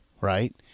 right